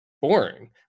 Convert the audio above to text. boring